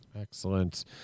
Excellent